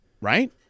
Right